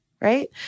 right